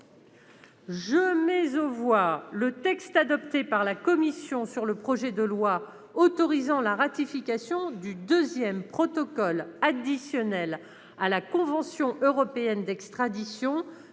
Je mets aux voix le texte adopté par la commission sur le projet de loi autorisant la ratification du deuxième protocole additionnel à la convention européenne d'extradition,